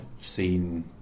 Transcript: seen